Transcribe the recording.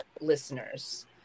listeners